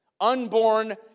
Unborn